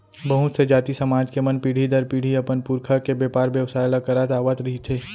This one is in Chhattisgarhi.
बहुत से जाति, समाज के मन पीढ़ी दर पीढ़ी अपन पुरखा के बेपार बेवसाय ल करत आवत रिहिथे